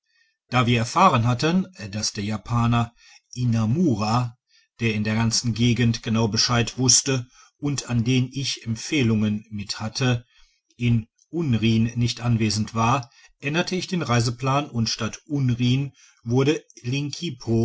da wir erfahren hatten dass der japaner inamura der in der ganzen gegend genau bescheid wusste und an den ich empfehlungen mit hatte in unrin nicht anwesend war änderte ich den reiseplan und statt unrin wurde